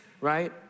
right